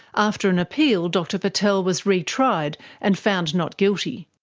after an appeal, dr patel was retried and found not guilty.